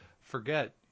forget